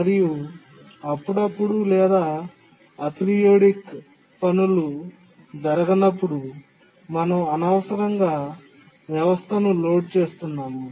మరియు అప్పుడప్పుడు లేదా అపెరియోడిక్ పనులు జరగనప్పుడు మనం అనవసరంగా వ్యవస్థను లోడ్ చేస్తున్నాము